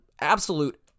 absolute